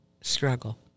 struggle